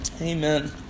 Amen